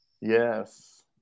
Yes